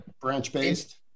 Branch-based